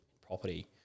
property